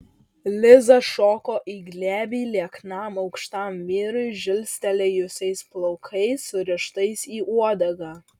liza šoko į glėbį lieknam aukštam vyrui žilstelėjusiais plaukais surištais į uodegą